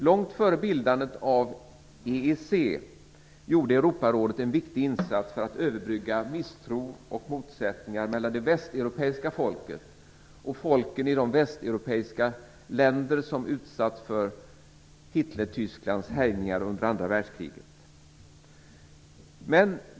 Långt före bildandet av EEC gjorde Europarådet en viktig insats för att överbrygga misstro och motsättningar mellan folken i de västeuropeiska länder som utsatts för Hitlertysklands härjningar under andra världskriget och övriga västeuropeiska folk.